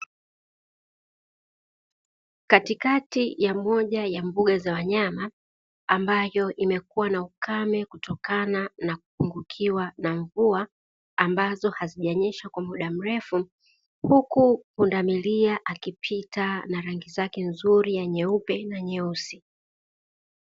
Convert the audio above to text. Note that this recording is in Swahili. Katikati ya moja ya mbuga ya wanyama ambayo imekuwa na ukame kutokana na kupungukiwa na mvua ambazo hazijanyesha kwa mda mrefu, huku pundamilia akipita na rangi zake nzuri ya nyeupe na nyeusi.